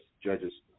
Judges